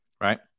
Right